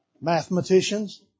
mathematicians